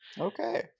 Okay